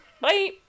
bye